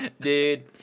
Dude